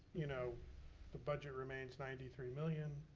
you know the budget remains ninety three million,